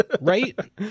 Right